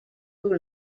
who